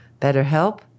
BetterHelp